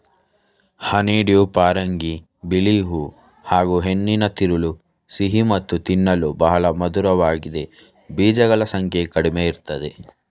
honeydew ಪರಂಗಿ ಬಿಳಿ ಹೂ ಹಾಗೂಹೆಣ್ಣಿನ ತಿರುಳು ಸಿಹಿ ಮತ್ತು ತಿನ್ನಲು ಬಹಳ ಮಧುರವಾಗಿದೆ ಬೀಜಗಳ ಸಂಖ್ಯೆ ಕಡಿಮೆಇರ್ತದೆ